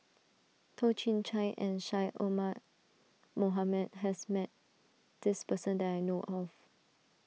Toh Chin Chye and Syed Omar Mohamed has met this person that I know of